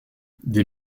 des